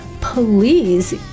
please